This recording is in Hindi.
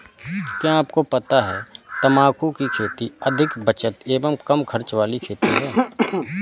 क्या आपको पता है तम्बाकू की खेती अधिक बचत एवं कम खर्च वाली खेती है?